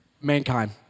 mankind